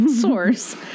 source